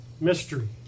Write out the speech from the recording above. mystery